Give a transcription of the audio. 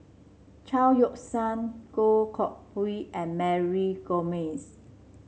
Chao Yoke San Goh Koh Pui and Mary Gomes